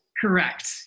Correct